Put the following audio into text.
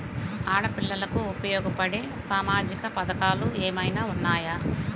ఆడపిల్లలకు ఉపయోగపడే సామాజిక పథకాలు ఏమైనా ఉన్నాయా?